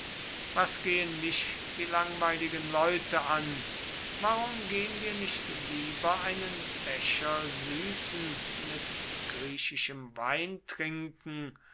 was gehen mich die langweiligen leute an warum gehen wir nicht lieber einen becher süßen mit griechischem